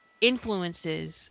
influences